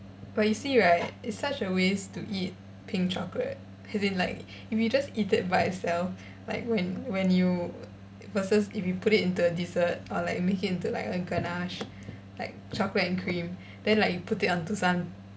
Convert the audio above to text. but you see right it's such a waste to eat pink chocolate as in like if you just eat it by itself like when when you versus if you put it into a dessert or like make it into like a ganache like chocolate and cream then like you put it onto some